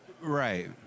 right